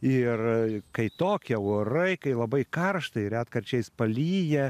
ir kai tokie orai kai labai karštai ir retkarčiais palyja